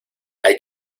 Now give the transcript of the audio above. hay